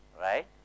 Right